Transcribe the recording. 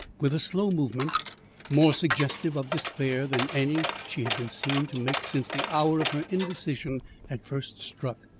with a slow movement more suggestive of despair than any she had been seen to make since the hour of her indecision had first struck,